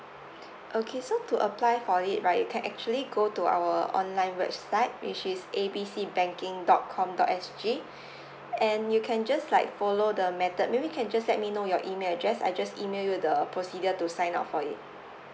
okay so to apply for it right you can actually go to our online website which is A B C banking dot com dot S_G and you can just like follow the method maybe can just let me know your email address I just email you the procedure to sign up for it